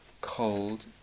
cold